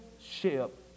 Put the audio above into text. ship